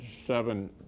seven